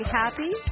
happy